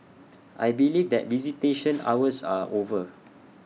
I believe that visitation hours are over